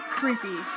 creepy